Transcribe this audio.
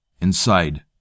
Inside